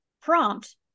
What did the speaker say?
prompt